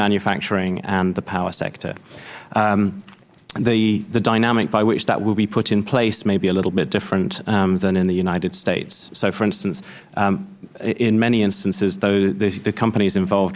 manufacturing and the power sector the dynamic by which that will be put in place may be a little bit different than in the united states so for instance in many instances the companies involved